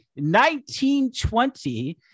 1920